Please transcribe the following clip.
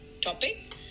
topic